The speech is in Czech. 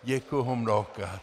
Děkuji mnohokrát.